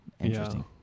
Interesting